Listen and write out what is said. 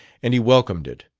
and he welcomed it.